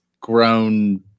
grown